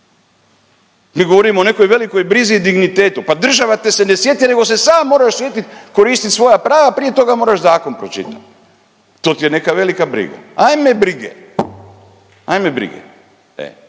Mi govorimo o nekoj velikoj brizi i dignitetu. Pa država te se ne sjeti, nego se sam moraš sjetiti koristiti svoja prava prije toga moraš zakon pročitati, to ti je neka velika briga. Ajme brige. Tako da